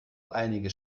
einige